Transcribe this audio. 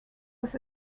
was